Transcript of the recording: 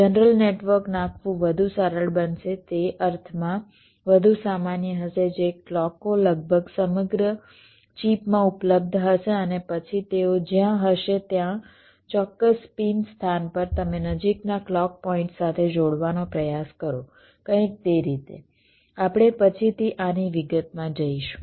general network નાખવું વધુ સરળ બનશે તે અર્થમાં વધુ સામાન્ય હશે કે ક્લૉકો લગભગ સમગ્ર ચિપમાં ઉપલબ્ધ હશે અને પછી તેઓ જ્યાં હશે ત્યાં ચોક્કસ પિન સ્થાન પર તમે નજીકના ક્લૉક પોઇન્ટ સાથે જોડવાનો પ્રયાસ કરો કંઇક તે રીતે આપણે પછીથી આની વિગતમાં જઈશું